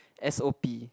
s_o_p